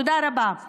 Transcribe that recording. תודה רבה.